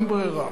אין ברירה.